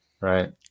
Right